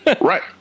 Right